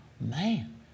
man